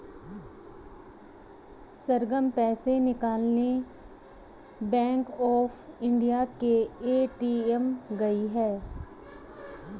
सरगम पैसे निकालने bank of India के ए.टी.एम गई है